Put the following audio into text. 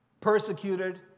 persecuted